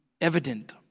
evident